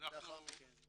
שלאחר מכן זה יסתייע.